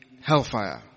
hellfire